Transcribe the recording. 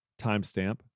timestamp